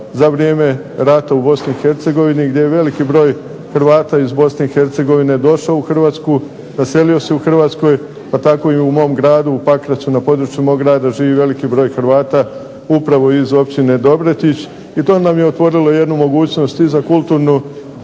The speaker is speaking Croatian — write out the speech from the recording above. za vrijeme rata u BiH gdje je veliki broj Hrvata iz BiH došao u Hrvatsku, naselio se u Hrvatskoj pa tako i u mom gradu Pakracu. Na području mog grada živi veliki broj Hrvata upravo iz Općine Dobretić. I to nam je otvorilo jednu mogućnost i za kulturnu,